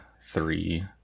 three